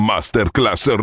Masterclass